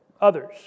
others